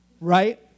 right